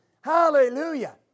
Hallelujah